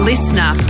Listener